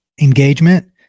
engagement